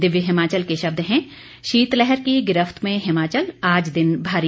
दिव्य हिमाचल के शब्द हैं शीतलहर की गिरफ्त में हिमाचल आज दिन भारी